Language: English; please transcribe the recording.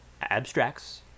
abstracts